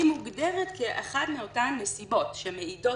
היא מוגדרת כאחת מאותן נסיבות שמעידות